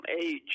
age